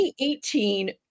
2018